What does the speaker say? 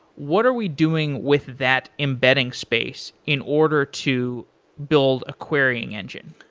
what are we doing with that embedding space in order to build a querying engine?